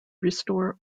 restore